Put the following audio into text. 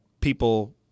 people—